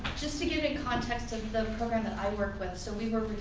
just to give a context of the program that i work with, so we work with,